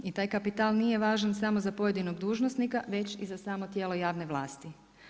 I taj kapital nije važan samo za pojedinog dužnosnika već i za samo tijelo javne vlasti.